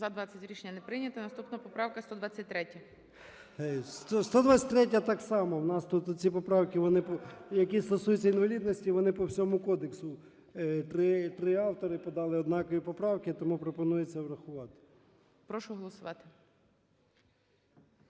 За-20 Рішення не прийнято. Наступна поправка 123. 17:52:19 ЧЕРНЕНКО О.М. 123-я так само. У нас тут ці поправки, які стосуються інвалідності, вони по всьому кодексу. Три автори подали однакові поправки. Тому пропонується врахувати. ГОЛОВУЮЧИЙ. Прошу голосувати.